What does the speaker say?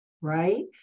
right